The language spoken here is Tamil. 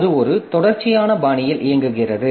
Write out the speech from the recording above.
அது ஒரு தொடர்ச்சியான பாணியில் இயங்குகிறது